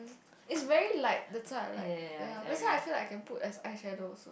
is very light that's why I like ya that's why I feel like can put as eye shadow also